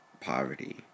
poverty